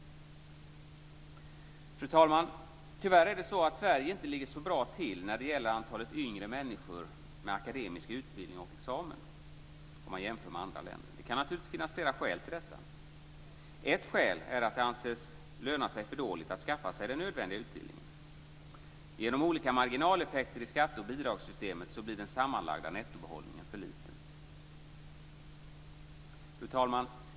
Fru talman! Tyvärr är det så att Sverige inte ligger så bra till när det gäller antalet yngre människor med akademisk utbildning och examen om man jämför med andra länder. Det kan naturligtvis finnas flera skäl till detta. Ett skäl är att det anses löna sig för dåligt att skaffa sig den nödvändiga utbildningen. Genom olika marginaleffekter i skatte och bidragssystemet blir den sammanlagda nettobehållningen för liten. Fru talman!